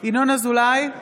ינון אזולאי,